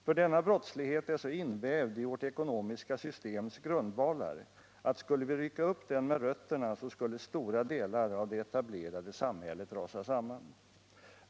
För denna brottslighet är så invävd i vårt ekonomiska systems grundvalar att skulle vi rycka upp den med rötterna så skulle stora delar av det etablerade samhället rasa samman.